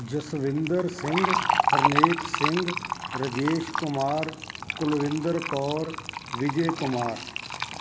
Jaswinder Singh Harnek Singh Rajesh Kumar Kulwinder Kaur Vijay Kumar